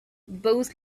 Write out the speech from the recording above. both